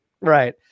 Right